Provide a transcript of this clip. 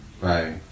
right